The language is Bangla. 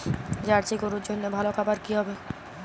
জার্শি গরুর জন্য ভালো খাবার কি হবে?